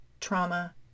trauma